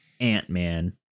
Ant-Man